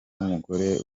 umugore